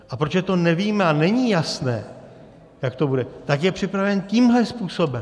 A protože to nevíme a není jasné, jak to bude, tak je připraven tímhle způsobem.